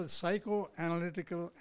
psychoanalytical